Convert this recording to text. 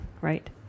right